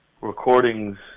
recordings